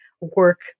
work